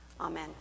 Amen